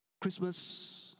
Christmas